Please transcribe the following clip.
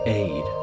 aid